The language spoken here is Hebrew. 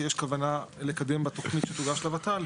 שיש כוונה לקדם תוכנית שתוגש לות"ל,